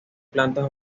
plantas